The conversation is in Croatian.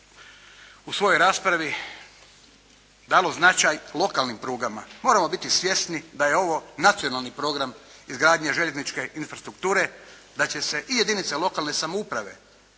u svojoj raspravi dalo značaj lokalnim prugama. Moramo biti svjesni da je ovo Nacionalni program izgradnje željezničke infrastrukture, da će se i jedinice lokalne samouprave,